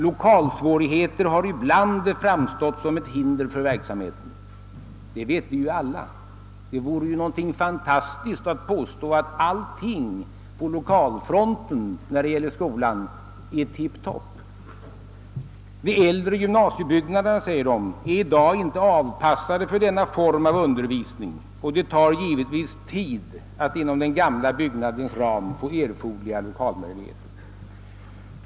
Lokalsvårigheter har ibland framstått som ett hinder för verksamheten, står det i rapporten. Detta känner vi ju alla till. Det skulle ju vara helt verklighetsfräm mande att påstå att allting på lokalfronten för skolans del är tip-top. De äldre gymnasiebyggnaderna, säger inspektörerna, är i dag inte avpassade för denna form av undervisning och det tar givetvis tid att inom den gamla byggnadens ram få erforderliga lokaler.